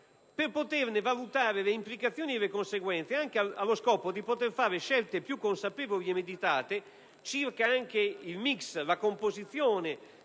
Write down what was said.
per poterne valutare le implicazioni e le conseguenze, anche allo scopo di poter fare scelte più consapevoli e meditate circa anche il *mix*, la composizione